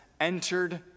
entered